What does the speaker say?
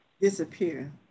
disappear